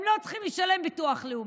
הם לא צריכים לשלם ביטוח לאומי.